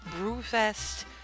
Brewfest